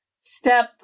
step